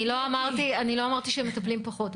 אני לא אמרתי שמטפלים פחות,